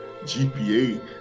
gpa